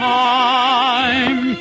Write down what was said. time